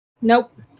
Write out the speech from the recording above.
Nope